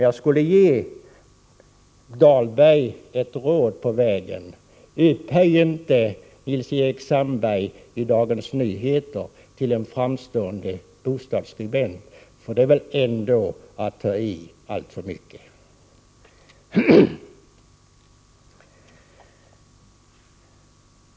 Jag skulle vilja ge Dahlberg ett råd på vägen: Upphöj inte Nils-Eric Sandberg i Dagens Nyheter till en framstående bostadsskribent, för det är väl ändå att ta i alltför mycket.